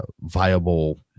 viable